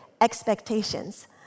expectations